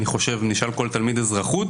אם נשאל כל תלמיד אזרחות,